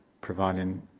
providing